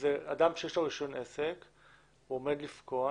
אדם שיש לו רישיון עסק שעומד לפקוע.